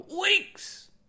Weeks